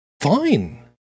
Fine